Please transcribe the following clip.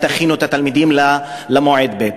תכינו את התלמידים למועד ב'.